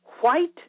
white